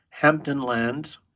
Hamptonlands